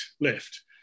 left